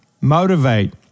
motivate